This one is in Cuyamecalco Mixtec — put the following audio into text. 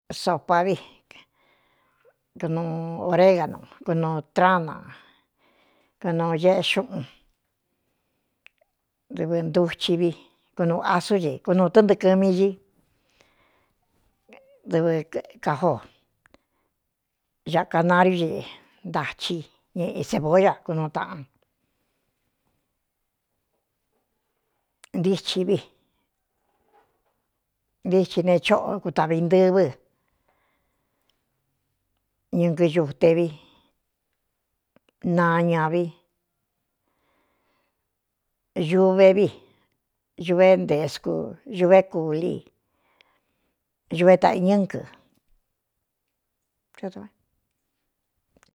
Sopá vi kunuu ōreganu kunuu trana kɨno eꞌ xí úꞌun ndɨvɨ ntuchɨ vi kunuu asú i kunūutɨ́ntɨ̄kɨ̄mi dɨvɨ kajó āꞌkanariú ñi ntachi ñɨꞌi cebolla kunu taꞌan ntíti vi ntiíthɨ nee chóꞌo kutāꞌvi ntɨvɨ ñɨkɨ ñutevi nañavi uve vi uve nteskú uve kúli uve taꞌiñɨ́nkɨ.